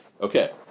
Okay